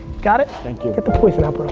got it, thank you. get the poison out bro.